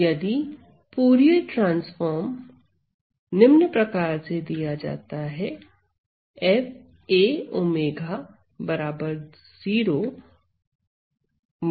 यदि Fourier transform निम्न से दिया जाता है Faω 0 for